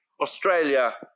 Australia